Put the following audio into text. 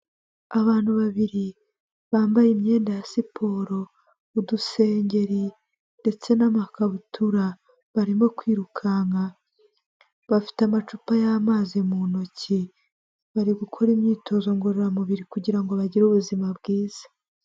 Abantu babiri bambaye imyenda ya siporo udusengeri ndetse n'makabutura barimo kwirukanka, bafite amacupa y'amazi mu ntoki, bari gukora imyitozo ngororamubiri kugira ngo bagire ubuzima bwiza.